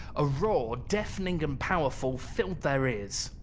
a roar, deafening and powerful, filled their ears.